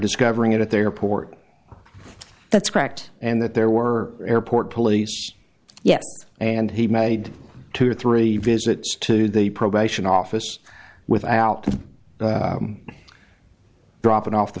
discovering it at the airport that's cracked and that there were airport police yes and he made two or three visits to the probation office without dropping off the